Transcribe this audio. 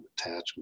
attachment